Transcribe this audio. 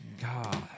God